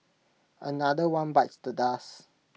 another one bites the dust